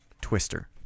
Twister